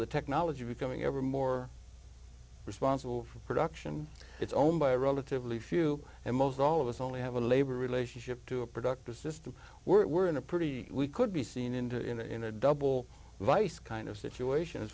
the technology becoming ever more responsible for production it's owned by relatively few and most all of us only have a labor relationship to a productive system we're in a pretty we could be seen into you know in a double vise kind of situation as